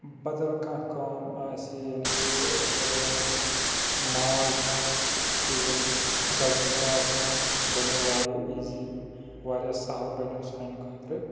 بَدَل کانٛہہ کٲم آسہِ یَعنی کہِ ٲسۍ ہیٚکو ؤنِتھ ماز یُس زَن دَگُن چھُ آسان سُہ بَنِیو وارِیاہ اِیزی وارِیاہ سہل بَنِیو سانہِ خٲطرٕ